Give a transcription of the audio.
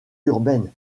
urbaine